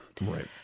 Right